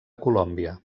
colòmbia